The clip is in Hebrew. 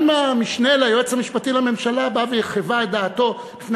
גם המשנה ליועץ המשפטי לממשלה בא וחיווה את דעתו בפני